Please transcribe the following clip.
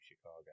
Chicago